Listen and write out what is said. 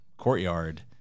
courtyard